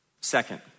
Second